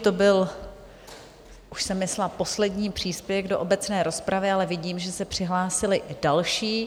To byl už jsem myslela poslední příspěvek do obecné rozpravy, ale vidím, že se přihlásili další.